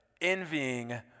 envying